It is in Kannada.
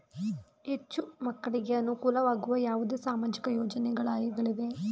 ಹೆಣ್ಣು ಮಕ್ಕಳಿಗೆ ಅನುಕೂಲವಾಗುವ ಯಾವುದೇ ಸಾಮಾಜಿಕ ಯೋಜನೆಗಳಿವೆಯೇ?